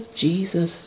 Jesus